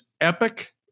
epic